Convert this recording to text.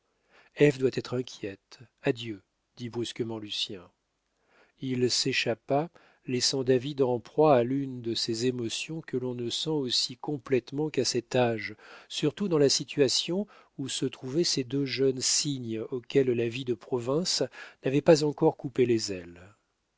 doit être inquiète adieu dit brusquement lucien il s'échappa laissant david en proie à l'une de ces émotions que l'on ne sent aussi complètement qu'à cet âge surtout dans la situation où se trouvaient ces deux jeunes cygnes auxquels la vie de province n'avait pas encore coupé les ailes